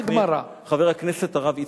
מהעיר לצאת.